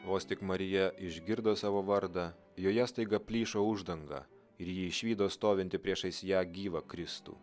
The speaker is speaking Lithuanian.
vos tik marija išgirdo savo vardą joje staiga plyšo uždanga ir ji išvydo stovintį priešais ją gyvą kristų